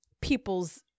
people's